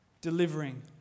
delivering